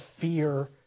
fear